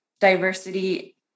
diversity